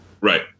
Right